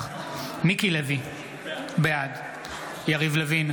נוכח מיקי לוי, בעד יריב לוין,